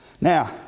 Now